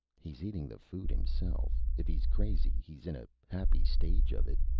he's eating the food himself. if he's crazy, he's in a happy stage of it.